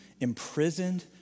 imprisoned